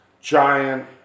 Giant